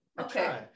okay